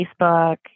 Facebook